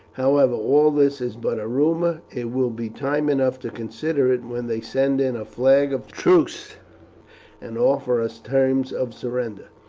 however, all this is but a rumour. it will be time enough to consider it when they send in a flag of truce and offer us terms of surrender.